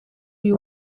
you